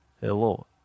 Hello